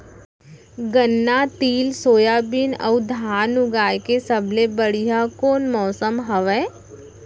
गन्ना, तिल, सोयाबीन अऊ धान उगाए के सबले बढ़िया कोन मौसम हवये?